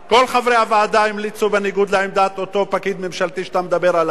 כל חברי הוועדה המליצו בניגוד לעמדת אותו פקיד ממשלתי שאתה מדבר עליו,